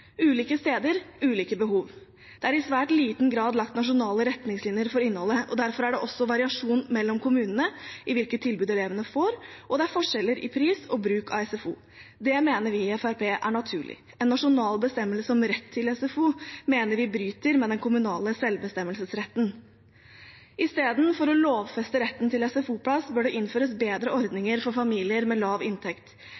ulike steder, ulike behov. Det er i svært liten grad laget nasjonale retningslinjer for innholdet, og derfor er det også variasjon mellom kommunene i hvilke tilbud elevene får, og det er forskjeller i pris og bruk av SFO. Det mener vi i Fremskrittspartiet er naturlig. En nasjonal bestemmelse om rett til SFO mener vi bryter med den kommunale selvbestemmelsesretten. I stedet for å lovfeste retten til SFO-plass bør det innføres bedre